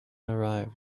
arrived